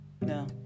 No